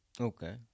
Okay